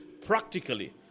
practically